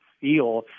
feel